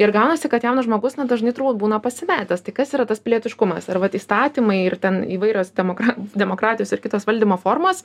ir gaunasi kad jaunas žmogus na dažnai turbūt būna pasimetęs tai kas yra tas pilietiškumas ar vat įstatymai ir ten įvairios demokra demokratijos ir kitos valdymo formos